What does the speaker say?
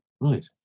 Right